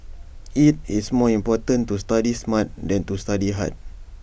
IT is more important to study smart than to study hard